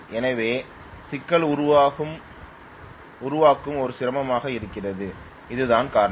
எனவே சிக்கல் உருவாக்கம் ஒரு சிரமமாக இருந்தது அதுதான் காரணம்